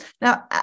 Now